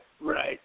right